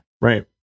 Right